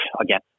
again